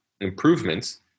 improvements